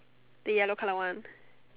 the yellow colour one